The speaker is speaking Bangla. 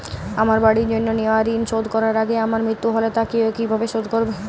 আমার বাড়ির জন্য নেওয়া ঋণ শোধ করার আগে আমার মৃত্যু হলে তা কে কিভাবে শোধ করবে?